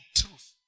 truth